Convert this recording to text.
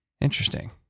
Interesting